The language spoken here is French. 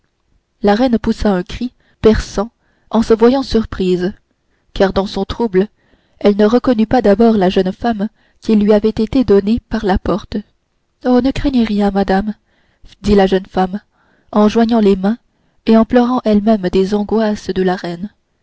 la reine poussa un cri perçant en se voyant surprise car dans son trouble elle ne reconnut pas d'abord la jeune femme qui lui avait été donnée par la porte oh ne craignez rien madame dit la jeune femme en joignant les mains et en pleurant elle-même des angoisses de la reine